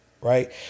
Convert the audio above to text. right